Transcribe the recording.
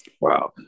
Wow